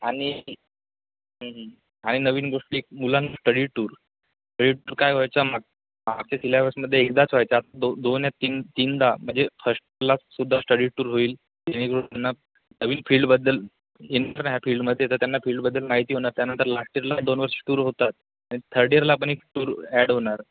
आणि आणि नवीन गोष्टी मुलांना स्टडी टूर स्टडी टूर काय व्हायचा माग मागच्या सिलॅबसमध्ये एकदाच व्हायचा आता दोन दोन या तीन तीनदा म्हणजे फस्टला सुद्धा स्टडी टूर होईल जेणेकरून त्यांना नवीन फील्डबद्दल आहे या फील्डमध्ये तर त्यांना फील्डबद्दल माहिती होणार त्यानंतर लास्ट ईयरला दोनवर्षं टूर होतात आणि थर्ड इयरला पण एक टूर ॲड होणार